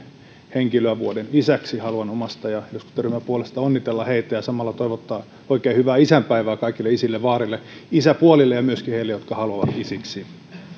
henkilöä vuoden isäksi haluan omasta ja eduskuntaryhmän puolesta onnitella heitä ja samalla toivottaa oikein hyvää isänpäivää kaikille isille vaareille isäpuolille ja myöskin heille jotka haluavat isiksi